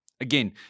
Again